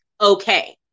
Okay